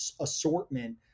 assortment